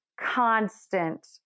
constant